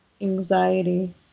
anxiety